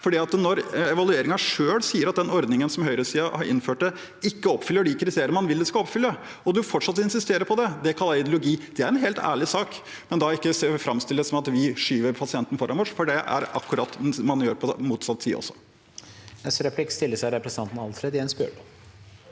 Når evalueringen selv sier at den ordningen høyresiden innførte, ikke oppfyller de kriterier man vil det skal oppfylle, og man fortsatt insisterer på det, kaller jeg det ideologi. Det er en helt ærlig sak, men ikke framstill det som at vi skyver pasientene foran oss, for det er akkurat det man gjør på motsatt side også.